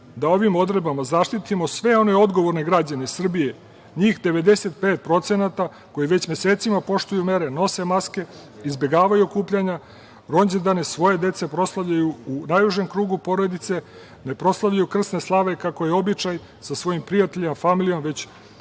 da ovim odredbama zaštitimo sve one odgovorne građane Srbije, njih 95%, koji već mesecima poštuju mere, nose maske, izbegavaju okupljanja. Rođendane svoje dece proslavljaju u najužem krugu porodice, ne proslavljaju krsne slave kako je običaj, sa svojim prijateljima, familijom, već